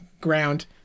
ground